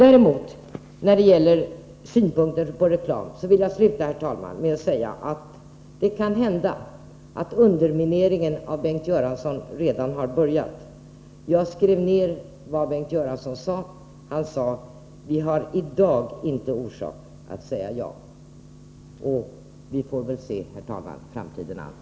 När det däremot gäller synpunkten på reklam kan det hända att undermineringen av Bengt Göransson redan har börjat. Jag skrev ner vad Bengt Göransson sade: Vi har i dag inte orsak att säga ja. Vi får väl, herr talman, se framtiden an.